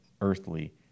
earthly